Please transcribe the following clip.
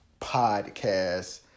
podcast